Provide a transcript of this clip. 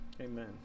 Amen